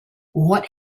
what